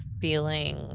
feeling